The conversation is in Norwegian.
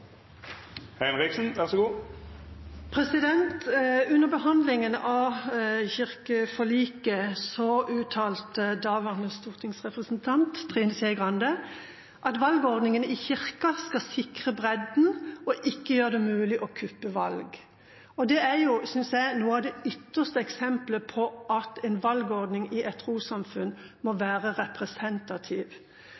Under behandlingen av kirkeforliket uttalte daværende stortingsrepresentant Trine Skei Grande at valgordningen i Kirken skal sikre bredden og ikke gjøre det mulig å kuppe valg. Det, synes jeg, er et av de ytterste eksemplene på at en valgordning i et trossamfunn må